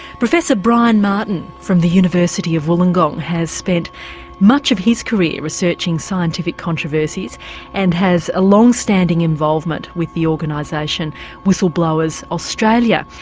professor brian martin from the university of wollongong has spent much of his career researching scientific controversies and has a longstanding involvement with the organisation whistleblowers australia.